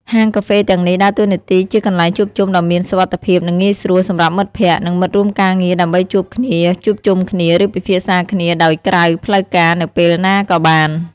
ហាងកាហ្វេទាំងនេះដើរតួនាទីជា កន្លែងជួបជុំដ៏មានសុវត្ថិភាព និងងាយស្រួល សម្រាប់មិត្តភក្តិ និងមិត្តរួមការងារដើម្បីជួបគ្នា ជួបជុំគ្នា ឬពិភាក្សាគ្នាដោយក្រៅផ្លូវការនៅពេលណាក៏បាន។